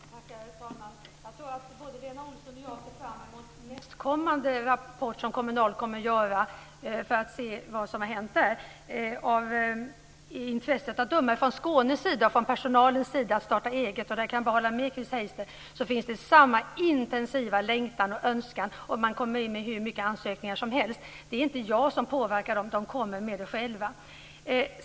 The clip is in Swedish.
Herr talman! Jag tror att både Lena Olsson och jag ser fram emot nästkommande rapport från Kommunal för att ta del av vad som har hänt där. I Skåne är intresset mycket stort från personalens sida för att starta eget. Jag kan bara hålla med Chris Heister. Där finns samma intensiva önskan, och det kommer in hur mycket ansökningar som helst. Det är inte jag som påverkar personalen, utan den agerar själv.